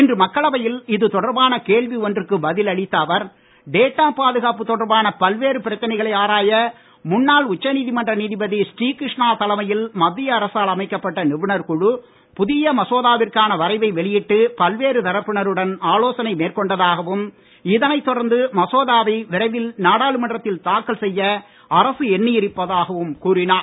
இன்று மக்களவையில் இது தொடர்பான கேள்வி ஒன்றுக்கு பதில் அளித்த அவர் டேட்டா பாதுகாப்பு தொடர்பான பல்வேறு பிரச்சனைகளை ஆராய முன்னாள் உச்சநீதிமன்ற நீதிபதி ஸ்ரீ கிருஷ்ணா தலைமையில் மத்திய அரசால் அமைக்கப்பட்ட நிபுணர் குழு புதிய மசோதாவிற்கான வரைவை வெளியிட்டு பல்வேறு தரப்பினருடன் ஆலோசனை மேற்கொண்டதாகவும் இதனைத் தொடர்ந்து மசோதாவை விரைவில் நாடாளுமன்றத்தில் தாக்கல் செய்ய அரசு எண்ணி இருப்பதாகவும் கூறினார்